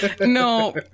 no